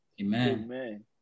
Amen